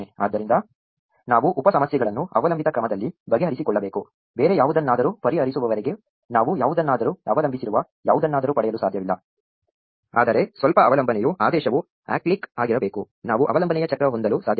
ಆದ್ದರಿಂದ ನಾವು ಉಪ ಸಮಸ್ಯೆಗಳನ್ನು ಅವಲಂಬಿತ ಕ್ರಮದಲ್ಲಿ ಬಗೆಹರಿಸಿಕೊಳ್ಳಬೇಕು ಬೇರೆ ಯಾವುದನ್ನಾದರೂ ಪರಿಹರಿಸುವವರೆಗೆ ನಾವು ಯಾವುದನ್ನಾದರೂ ಅವಲಂಬಿಸಿರುವ ಯಾವುದನ್ನಾದರೂ ಪಡೆಯಲು ಸಾಧ್ಯವಿಲ್ಲ ಆದರೆ ಸ್ವಲ್ಪ ಅವಲಂಬನೆಯು ಆದೇಶವು ಅಸಿಕ್ಲಿಕ್ ಆಗಿರಬೇಕು ನಾವು ಅವಲಂಬನೆಯ ಚಕ್ರ ಹೊಂದಲು ಸಾಧ್ಯವಿಲ್ಲ